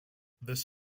this